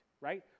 right